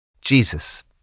Jesus